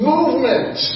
Movement